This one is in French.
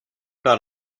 par